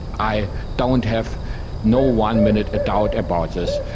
i don't have no one minute doubt about this.